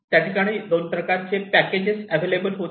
त्या ठिकाणी दोन प्रकारचे पॅकेजेस अवेलेबल होते